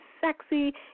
sexy